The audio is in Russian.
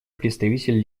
представитель